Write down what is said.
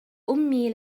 أمي